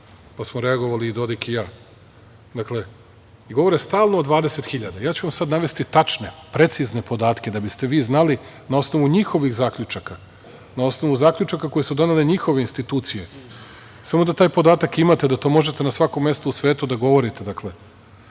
pa smo reagovali i Dodik i ja. Dakle, govore stalno o 20.000. Sada ću vam ja navesti tačne, precizne podatke, da biste vi znali na osnovu njihovih zaključaka, na osnovu zaključaka koje su donele njihove institucije, samo da taj podatak imate, da to možete na svakom mestu u svetu da govorite. Dakle,